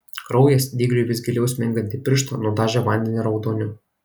kraujas dygliui vis giliau smingant į pirštą nudažė vandenį raudoniu